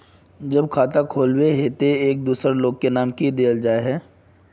जब खाता खोलबे ही टी एक दोसर लोग के नाम की देल जाए है?